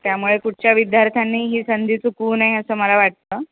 त्यामुळे कुठच्या विद्यार्थ्यांनी ही संधी चुकवू नये असं मला वाटतं